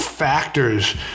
factors